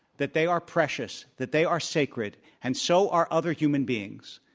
that they are precious, that they are sacred, and so are other human beings.